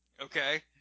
Okay